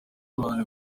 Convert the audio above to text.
uruhare